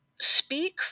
speak